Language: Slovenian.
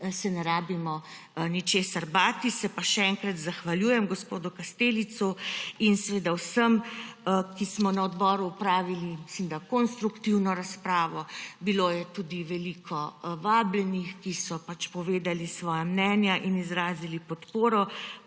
se potem rabimo ničesar bati. Se pa še enkrat zahvaljujem gospodu Kastelicu in seveda vsem, ki smo na odboru opravili, misli da, konstruktivno razpravo. Bilo je tudi veliko vabljenih, ki so povedali svoja mnenja in izrazili podporo